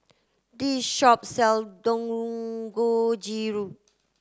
this shop sell Dangojiru